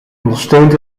ondersteunt